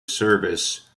service